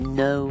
no